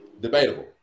Debatable